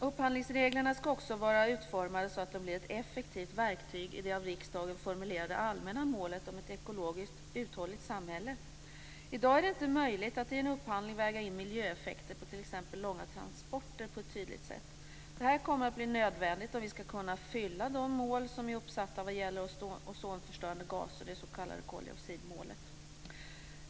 Upphandlingsreglerna ska också vara utformade så att de blir ett effektivt verktyg i det av riksdagen formulerade allmänna målet om ett ekologiskt uthålligt samhälle. I dag är det inte möjligt att i en upphandling på ett tydligt sätt väga in miljöeffekter på t.ex. långa transporter. Detta kommer att bli nödvändigt om vi ska kunna fylla de mål som är uppsatta vad gäller ozonförstörande gaser, det s.k. koldioxidmålet.